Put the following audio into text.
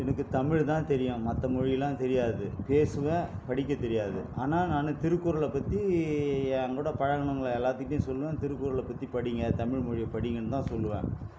எனக்கு தமிழ் தான் தெரியும் மற்ற மொழியெலாம் தெரியாது பேசுவேன் படிக்க தெரியாது ஆனால் நான் திருக்குறளை பற்றி என் கூட பழகினவங்க எல்லாத்துகிட்டேயும் சொல்லுவேன் திருக்குறளை பற்றி படியுங்க தமிழ்மொழியை படிங்கன்னு தான் சொல்லுவேன்